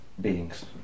beings